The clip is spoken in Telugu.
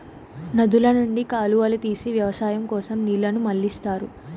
నదుల నుండి కాలువలు తీసి వ్యవసాయం కోసం నీళ్ళను మళ్ళిస్తారు